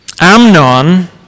Amnon